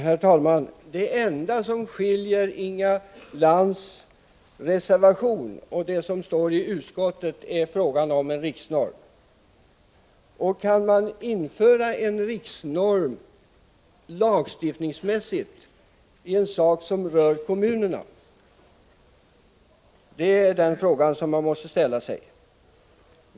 Herr talman! Det enda som skiljer mellan Inga Lantz reservation och utskottsmajoritetens skrivning gäller frågan om en riksnorm. Kan man lagstiftningsvägen införa en riksnorm för angelägenheter som rör kommunerna, är den fråga vi måste ställa oss.